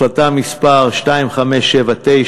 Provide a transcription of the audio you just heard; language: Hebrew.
החלטה מס' 2579,